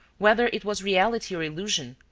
whether it was reality or illusion,